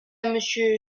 monsieur